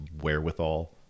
wherewithal